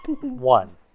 One